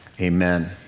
amen